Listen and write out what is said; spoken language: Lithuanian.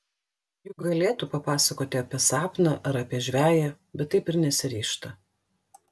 juk galėtų papasakoti apie sapną ar apie žveję bet taip ir nesiryžta